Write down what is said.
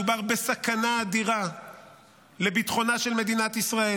מדובר בסכנה אדירה לביטחונה של מדינת ישראל.